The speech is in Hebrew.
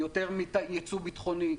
יותר מייצוא ביטחוני,